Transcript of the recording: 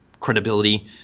credibility